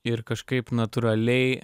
ir kažkaip natūraliai